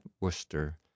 Worcester